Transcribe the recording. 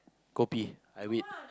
coffee I read